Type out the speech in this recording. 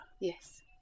Yes